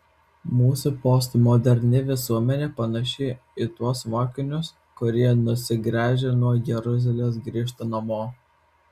mūsų postmoderni visuomenė panaši į tuos mokinius kurie nusigręžę nuo jeruzalės grįžta namo